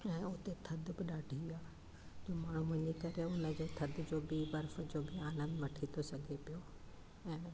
ऐं उते थद बि ॾाढी आ त माण्हू वञी करे हुन जे थधि जो बि बर्फ़ बि आनंद वठी था सघे पियो